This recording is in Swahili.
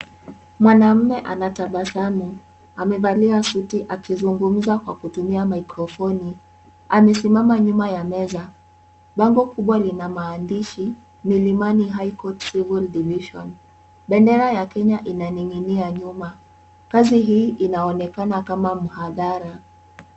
Mwanamume anatabasamu. Amevalia suti akizungumza kwa kutumia mikrofoni. Amesimama nyuma ya meza. Bango kubwa lina maandishi Milimani High Court Civil Division . Bendera ya Kenya inaning'inia nyuma. Kazi hii inaonekana kama mhadhara.